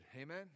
Amen